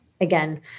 again